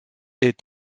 est